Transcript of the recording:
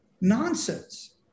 nonsense